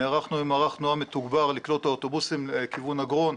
נערכנו עם מערך תנועה מתוגבר לקלוט את האוטובוסים לכיוון אגרון,